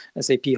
SAP